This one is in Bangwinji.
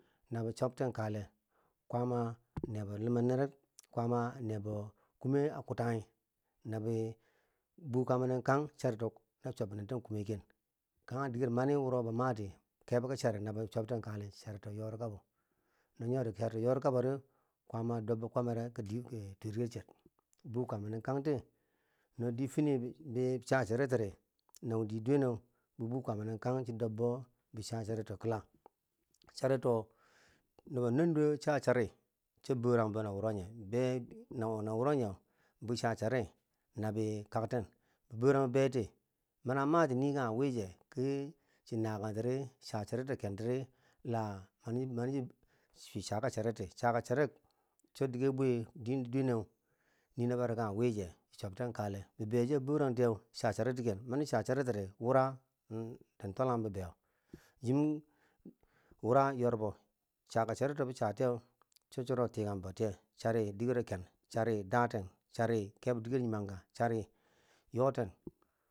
Naki chobten kale kwaama a nebo luma nerek, kwaama a nebo kume a kutanghi na bi bu kwaama nin kang na char dok na chobbi nen ten kume ken, kanghe diger mani wo ba mati ke boki chari nabo chobten kale charito yori kabo, no nyori charito yori kabodi kwaama dobbo kwamere ki twerker cher bu kwaama nin kanti no di fini bo cha chariti na wo di dweneu bon bu kwama ne kang cho dobbo bi cha charito kila charito nobo nan duwo cha chari cho borang bo na wuro nye be na wuro ye bocha chari na bi kakten borang beti mani a mati nii kanghe wiche ki chi nakantiri chi charito kentiri, la ma chi chwi chaka chariti, chaka charik cho dige bwi diye dwene nina bare kangh wiche chi chobten kale bibeiyo chiya borangtiyeu cha chariti ken, ma chi cha charitiri wura tin twalanghum bibeiyo yim wura yorbo, chaka charito bo chatiye cho chiro tikan bo tiye, chari digero ken, chari daten, chari kebo diger nyimangka chari yorten.